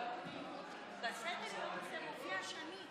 עשר דקות לרשותך.